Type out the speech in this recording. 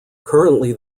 currently